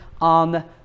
on